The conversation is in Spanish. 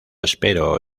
espero